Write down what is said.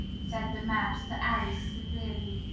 said the mouse to alice, severely.